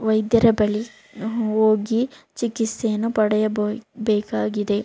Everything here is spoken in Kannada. ವೈದ್ಯರ ಬಳಿ ಹೋಗಿ ಚಿಕಿತ್ಸೆಯನ್ನು ಪಡೆಯಬೇಕಾಗಿದೆ